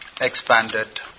expanded